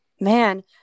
man